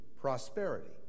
prosperity